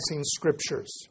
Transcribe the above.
scriptures